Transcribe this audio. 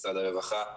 משרד הרווחה,